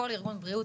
כל ארגון בריאות,